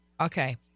Okay